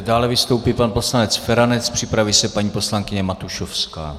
Dále vystoupí pan poslanec Feranec, připraví se paní poslankyně Matušovská.